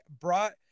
brought